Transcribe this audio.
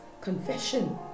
confession